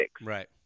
Right